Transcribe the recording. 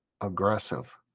aggressive